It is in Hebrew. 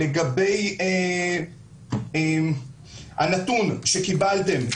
לגבי הנתון שקיבלתם,